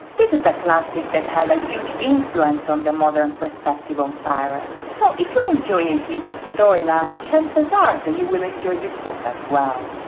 this is a classic that had a huge influence on the modern perspective on pirates, so if you enjoy ateez's storyline, chances are that you will enjoy this book as well.